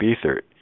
ether